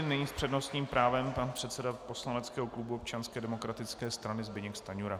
Nyní s přednostním právem pan předseda poslaneckého klubu Občanské demokratické strany Zbyněk Stanjura.